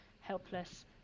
helpless